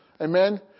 Amen